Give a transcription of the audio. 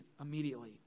immediately